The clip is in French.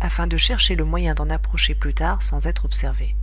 afin de chercher le moyen d'en approcher plus tard sans être observé